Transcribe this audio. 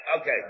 Okay